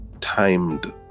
timed